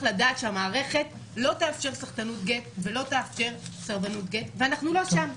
לדעת שהמערכת לא תאפשר סחטנות גט ולא תאפשר סרבנות גט ואנחנו לא שם.